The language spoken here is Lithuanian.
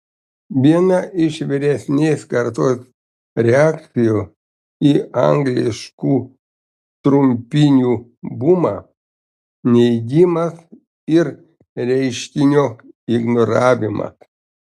viena iš vyresnės kartos reakcijų į angliškų trumpinių bumą neigimas ir reiškinio ignoravimas